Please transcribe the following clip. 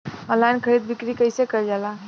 Online खरीद बिक्री कइसे कइल जाला?